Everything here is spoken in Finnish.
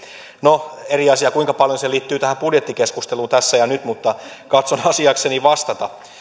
no eri asia kuinka paljon se liittyy tähän budjettikeskusteluun tässä ja nyt mutta katson asiakseni vastata